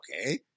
okay